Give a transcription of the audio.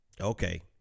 Okay